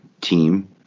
team